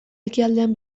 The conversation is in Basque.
ekialdean